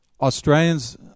Australians